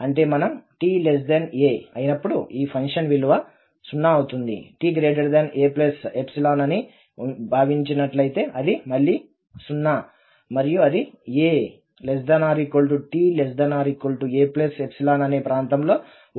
అంటే మనం t a అయినప్పుడు ఈ ఫంక్షన్ విలువ 0 అవుతుంది t aఅని భావించినట్లయితే అది మళ్లీ 0 మరియు అది ata అనే ప్రాంతంలో 1 విలువ ఇస్తుంది